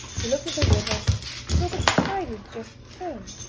he looked at the river and saw the tide had just turned.